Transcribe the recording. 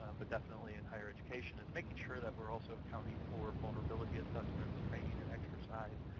ah but definitely in higher education, is making sure that we're also accounting for vulnerability assessments, training and exercise,